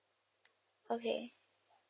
okay